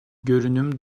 görünüm